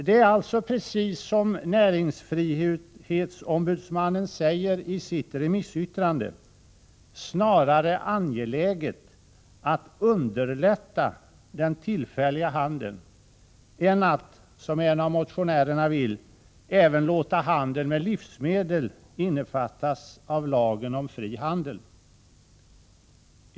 Det är alltså, precis som näringsfrihetsombudsmannen säger i sitt remissyttrande, snarare angeläget att underlätta den tillfälliga handeln än att, som en av motionärerna vill, även låta handeln med livsmedel innefattas av lagen om fri handel.